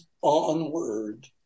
onward